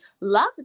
love